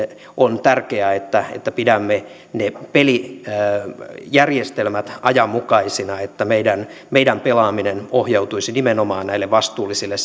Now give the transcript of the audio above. on tärkeää että että pidämme ne pelijärjestelmät ajanmukaisina ja että meillä pelaaminen ohjautuisi nimenomaan näille vastuullisille